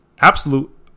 absolute